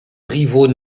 rivaux